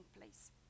place